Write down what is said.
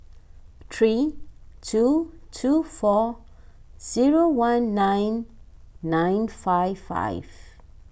three two two four zero one nine nine five five